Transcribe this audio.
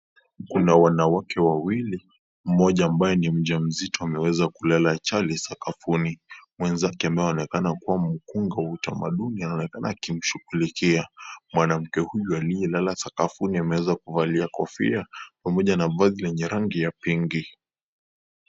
Kuna wanawake wawili mmoja ambaye ni mjamzito ameweza kulala chala sakafuni. Mwenzake ambaye anaonekana kuwa mkunga wa utamaduni anaonekana akimshughulikia. Mwanamke huyu aliyelala sakafuni ameweza kuvaa kofia pamoja na vazi lenye rangi ya pinki.